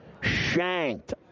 shanked